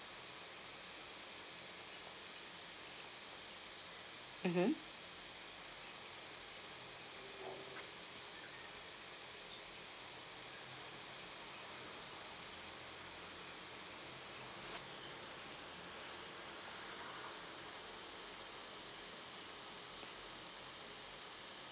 mmhmm